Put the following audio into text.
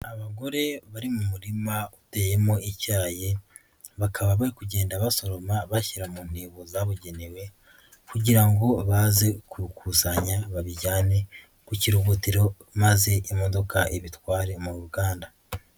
Abagore bari mu murima uteyemo icyayi bakaba bari kugenda basoroma bashyira mu ntego zabugenewe, kugira ngo baze kukuzanya babijyane ku kiruhutero maze imodoka ibitware mu ruganda.